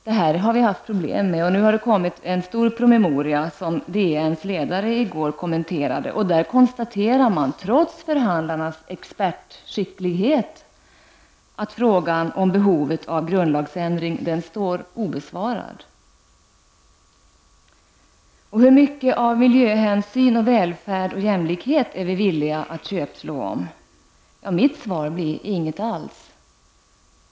Detta har vi haft problem med, och nu har det kommit en stor promemoria som DNs ledare i går kommenterade och där konstaterade man att frågan om behovet av grundlagsändring står obesvarad trots förhandlarnas expertskicklighet. Hur mycket av miljöhänsyn, välfärd och jämlikhet är vi villiga att köpslå om? Mitt svar blir: Inget alls.